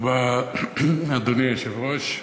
אדוני היושב-ראש,